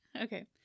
Okay